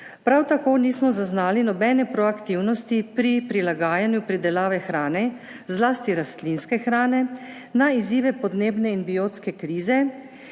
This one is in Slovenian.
Prav tako nismo zaznali nobene proaktivnosti pri prilagajanju pridelave hrane, zlasti rastlinske hrane na izzive podnebne in biotske krize